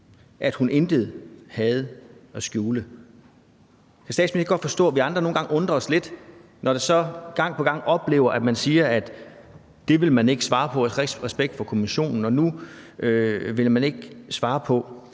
at hun intet havde at skjule. Kan statsministeren ikke godt forstå, at vi andre nogle gange undrer os lidt, når vi gang på gang oplever, at man siger, at det vil man ikke svare på af respekt